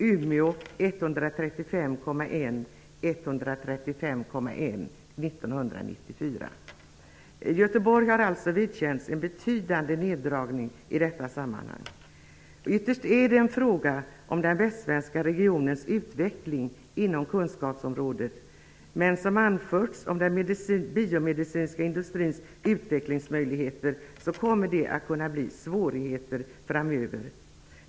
Umeå har 135,1 platser och stannar på samma antal 1994. Göteborg har alltså vidkänts en betydande neddragning i detta sammanhang. Ytterst är det fråga om den västsvenska regionens utveckling inom kunskapsområdet. Men som anförts kommer det att kunna bli svårigheter för den biomedicinska industrins utvecklingsmöjligheter framöver.